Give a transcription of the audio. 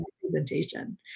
presentation